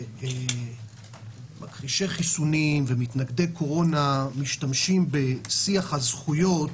שמכחישי חיסונים ומתנגדי קורונה משתמשים בשיח הזכויות